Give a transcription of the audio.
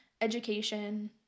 education